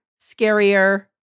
scarier